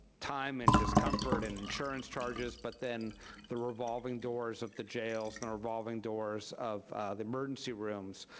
time and discomfort, and insurance charges, but then the revolving doors of the jails, the revolving doors of the emergency rooms,